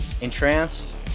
Entranced